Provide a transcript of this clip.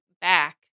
back